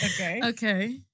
Okay